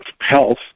health